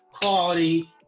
quality